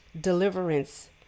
deliverance